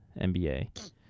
NBA